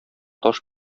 таш